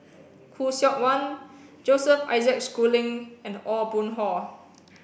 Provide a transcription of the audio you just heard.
khoo Seok Wan Joseph Isaac Schooling and Aw Boon Haw